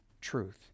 truth